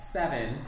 seven